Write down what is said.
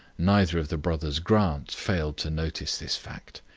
neither of the brothers grant failed to notice this fact.